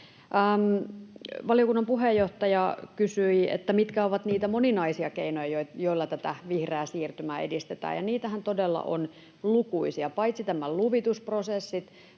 Valiokunnan puheenjohtaja kysyi, mitkä ovat niitä moninaisia keinoja, joilla tätä vihreää siirtymää edistetään, ja niitähän todella on lukuisia: paitsi nämä luvitusprosessit